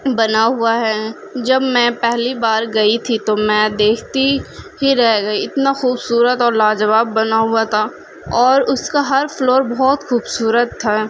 بنا ہوا ہے جب میں پہلی بار گئی تھی تو میں دیکھتی ہی رہ گئی اتنا خوبصورت اور لاجواب بنا ہوا تھا اور اس کا ہر فلور بہت خوبصورت تھا